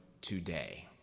today